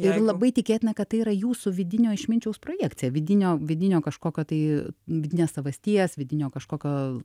ir labai tikėtina kad tai yra jūsų vidinio išminčiaus projekcija vidinio vidinio kažkokio tai vidinės savasties vidinio kažkokio